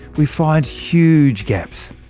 we find huge gaps.